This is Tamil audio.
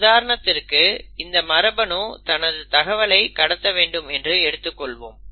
உதாரணத்திற்கு இந்த மரபணு தனது தகவலை கடத்த வேண்டும் என்று எடுத்துக் கொள்வோம்